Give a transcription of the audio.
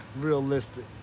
Realistic